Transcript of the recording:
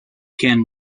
can